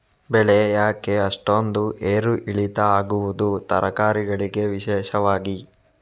ಬೆಳೆ ಯಾಕೆ ಅಷ್ಟೊಂದು ಏರು ಇಳಿತ ಆಗುವುದು, ತರಕಾರಿ ಗಳಿಗೆ ವಿಶೇಷವಾಗಿ?